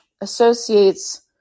associates